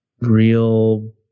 real